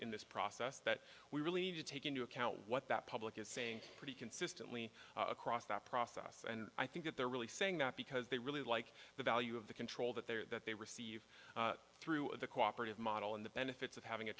s process that we really need to take into account what that public is saying pretty consistently across that process and i think that they're really saying that because they really like the value of the control that they're that they receive through the cooperative model and the benefits of having a